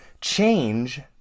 change